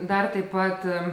dar taip pat